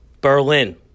Berlin